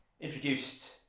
introduced